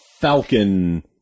falcon